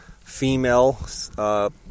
female